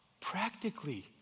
practically